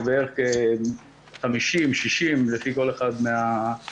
בערך כ-50 60 לפי כל אחד מהמפקחים.